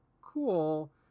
cool